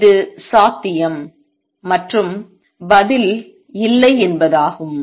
இது சாத்தியம் மற்றும் பதில் இல்லை என்பதாகும்